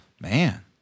Man